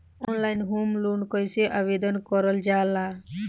Online home loan कैसे आवेदन करल जा ला?